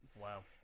Wow